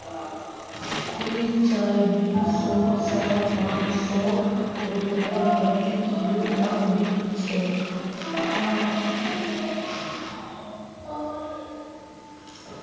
खुली चाय दी सौ स पाँच सौ रूपया प्रति किलो तक बिक छेक